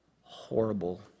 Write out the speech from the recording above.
horrible